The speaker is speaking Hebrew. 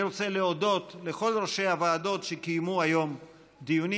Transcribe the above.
אני רוצה להודות לכל ראשי הוועדות שקיימו היום דיונים,